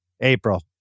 April